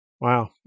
Wow